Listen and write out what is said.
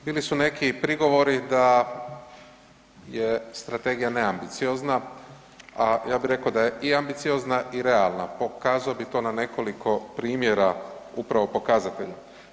Bili su neki prigovori da je strategija neambiciozna, a ja bi rekao da je i ambiciozna i realna, pokazao bi to na nekoliko primjera, upravo pokazatelja.